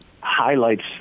highlights